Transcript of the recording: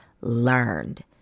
learned